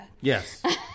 Yes